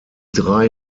drei